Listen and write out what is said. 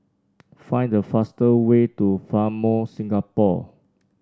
find the fastest way to Fairmont Singapore